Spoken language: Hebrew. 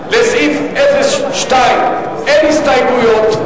בסעיף 02 אין הסתייגויות.